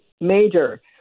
major